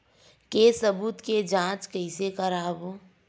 के सबूत के जांच कइसे करबो?